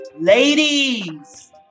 Ladies